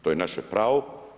To je naše pravo.